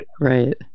Right